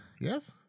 Yes